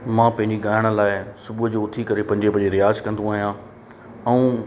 मां पंहिंजी ॻाइण लाइ सुबुह उथी करे पंज बजे रियाज़ कंदो आहियां ऐं